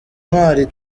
ntwari